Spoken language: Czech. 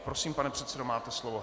Prosím, pane předsedo, máte slovo.